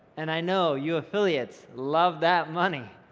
and i know you affiliates love that money,